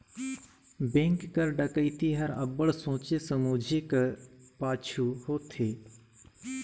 bank कर डकइती हर अब्बड़ सोंचे समुझे कर पाछू होथे